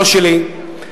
לא שלי,